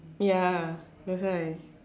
ya that's why